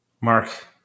Mark